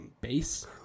Base